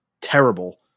terrible